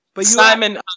Simon